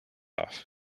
off